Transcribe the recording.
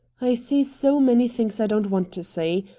i see so many things i don't want to see.